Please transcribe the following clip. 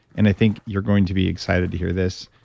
and i think you're going to be excited to hear this.